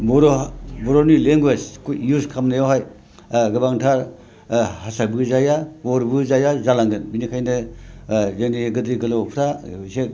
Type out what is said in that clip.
बर'नि language use खालामनायावहाय गोबांथार हारसाबो जाया बर'बो जाया जालांगोन बिनिखायनो जोंनि गोदोर गोलावफ्रा एसे